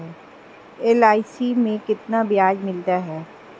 LIC में कितना ब्याज मिलता है?